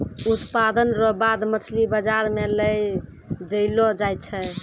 उत्पादन रो बाद मछली बाजार मे लै जैलो जाय छै